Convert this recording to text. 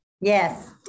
Yes